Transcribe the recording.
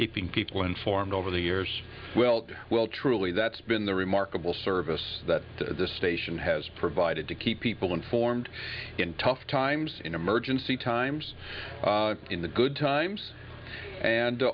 keeping people informed over the years well well truly that's been the remarkable service that the station has provided to keep people informed in tough times in emergency times in the good times and